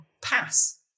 pass